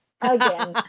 again